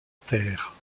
terre